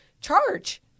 charge